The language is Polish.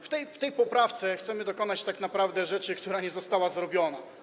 W tej poprawce chcemy dokonać tak naprawdę rzeczy, która nie została zrobiona.